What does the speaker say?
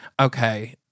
Okay